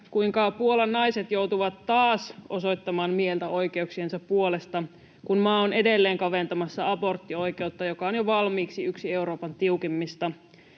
kuinka Puolan naiset joutuvat taas osoittamaan mieltä oikeuksiensa puolesta, kun maa on edelleen kaventamassa aborttioikeutta, joka on jo valmiiksi yksi Euroopan tiukimmista.